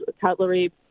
cutlery